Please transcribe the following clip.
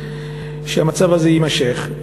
שהמצב הזה יימשך.